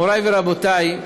מורי ורבותי,